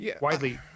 widely